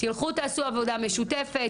תלכו תעשו עבודה משותפת,